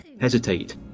hesitate